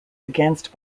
against